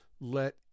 let